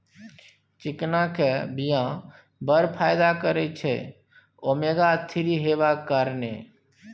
चिकना केर बीया बड़ फाइदा करय छै ओमेगा थ्री हेबाक कारणेँ